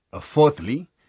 Fourthly